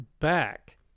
back